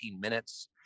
minutes